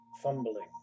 fumbling